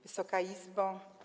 Wysoka Izbo!